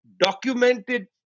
documented